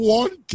one